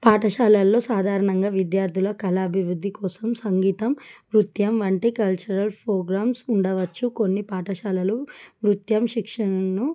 పాఠశాలల్లో సాధారణంగా విద్యార్థుల కళాభివృద్ధి కోసం సంగీతం నృత్యం అంటే కల్చరల్ ఫోగ్రామ్స్ ఉండవచ్చు కొన్ని పాఠశాలలు నృత్యం శిక్షణను